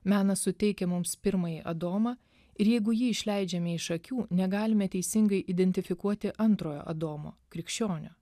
menas suteikia mums pirmąjį adomą ir jeigu jį išleidžiame iš akių negalime teisingai identifikuoti antrojo adomo krikščionio